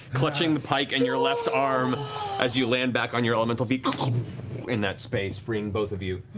clutching pike in your left arm as you land back on your elemental feet um in that space, bringing both of you